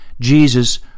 Jesus